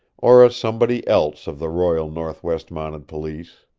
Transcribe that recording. or a somebody else of the royal northwest mounted police.